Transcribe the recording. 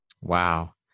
Wow